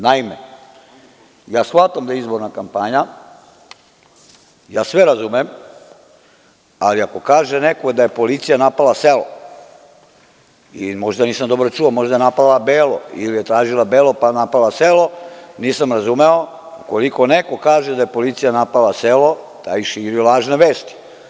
Naime, shvatam da je izborna kampanja, sve razumem, ali ako kaže neko da je policija napala selo, ili možda nisam dobro čuo, možda je napala belo, ili je tražila belo pa napala selo, nisam razumeo, ukoliko neko kaže da je policija napala selo, taj širi lažne vesti.